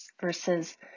versus